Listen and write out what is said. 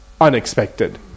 unexpected